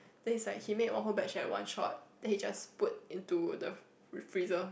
then is like he make one whole batch like one shot then he just put in to the freezer